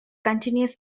continuous